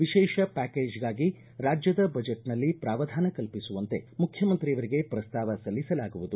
ವಿಶೇಷ ಪ್ಯಾಕೇಜ್ಗಾಗಿ ರಾಜ್ಯದ ಬಜೆಟ್ನಲ್ಲಿ ಪ್ರಾವಧಾನ ಕಲ್ಪಿಸುವಂತೆ ಮುಖ್ಯಮಂತ್ರಿಯವರಿಗೆ ಪ್ರಸ್ತಾವ ಸಲ್ಲಿಸಲಾಗುವುದು